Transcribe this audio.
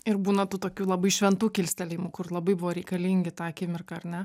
ir būna tų tokių labai šventų kilstelėjimų kur labai buvo reikalingi tą akimirką ar ne